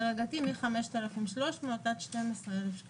רק בדיעבד נוכל לדעת אם זה טוב או רע לעשות את זה ככה.